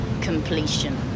completion